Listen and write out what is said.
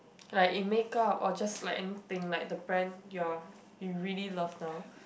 like in makeup or just anything like the brand you are you really love now